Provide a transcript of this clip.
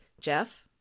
Jeff